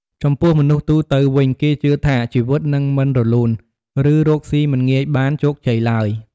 ចំពោះមនុស្សទូទៅវិញ គេជឿថា ជីវិតនឹងមិនរលូន ឬរកស៊ីមិនងាយបានជោគជ័យទ្បើយ។